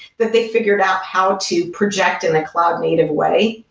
that they figured out how to project in a cloud native way.